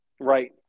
right